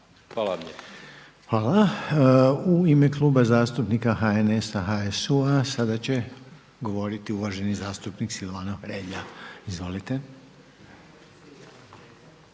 (HDZ)** Hvala. U ime Kluba zastupnika HNS-a, HSU-a, sada će govoriti uvaženi zastupnik Silvano Hrelja. Izvolite.